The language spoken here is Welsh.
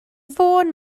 fôn